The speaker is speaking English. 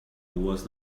was